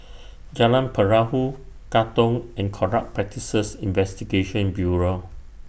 Jalan Perahu Katong and Corrupt Practices Investigation Bureau